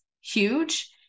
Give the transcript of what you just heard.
huge